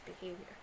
behavior